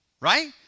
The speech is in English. right